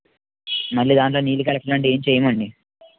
మళ్ళీ దాంట్లో నీళ్ళు కలపడం ఏమి చేయం అండి